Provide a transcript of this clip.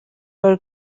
bari